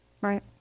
Right